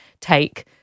take